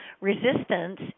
resistance